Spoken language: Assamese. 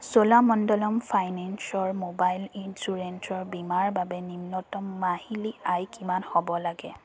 চোলা মণ্ডলম ফাইনেন্সৰ ম'বাইল ইঞ্চুৰেঞ্চৰ বীমাৰ বাবে নিম্নতম মাহিলী আয় কিমান হ'ব লাগে